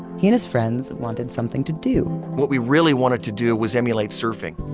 he and his friends wanted something to do what we really wanted to do was emulate surfing.